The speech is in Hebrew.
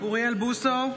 אוריאל בוסו,